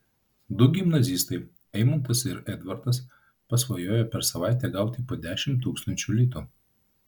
du gimnazistai eimantas ir edvardas pasvajojo per savaitę gauti po dešimt tūkstančių litų